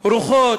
רוחות,